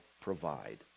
provide